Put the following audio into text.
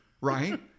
Right